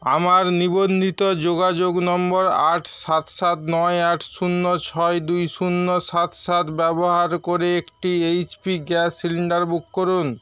আমার নিবন্ধিত যোগাযোগ নম্বর আট সাত সাত নয় আট শূন্য ছয় দুই শূন্য সাত সাত ব্যবহার করে একটি এইচপি গ্যাস সিলিন্ডার বুক করুন